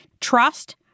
Trust